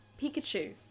Pikachu